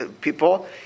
people